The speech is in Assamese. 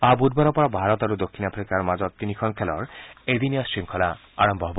অহা বুধবাৰৰ পৰা ভাৰত আৰু দক্ষিণ আফ্ৰিকাৰ মাজত তিনিখন খেলৰ এদিনীয়া শৃংখলা আৰম্ভ হব